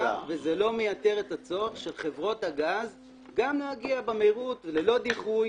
וזה לא מייתר את הצורך של חברות הגז גם להגיע במהירות וללא דיחוי,